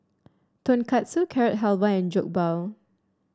Tonkatsu Carrot Halwa and Jokbal